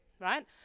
Right